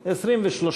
2 נתקבלו.